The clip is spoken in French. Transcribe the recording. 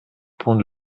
pont